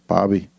Bobby